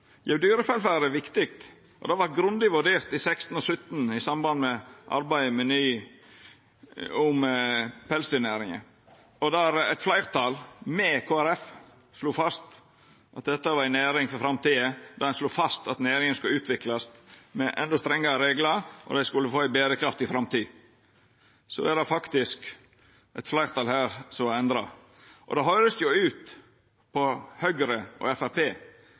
Jau, dyrevelferd er viktig, og det vart grundig vurdert i 2016 og 2017 i samband med arbeidet om pelsdyrnæringa, der eit fleirtal, med Kristeleg Folkeparti, slo fast at dette var ei næring for framtida. Der slo ein fast at næringa skulle utviklast med endå strengare reglar, og dei skulle få ei berekraftig framtid. Det er det faktisk eit fleirtal her som endrar. På Høgre og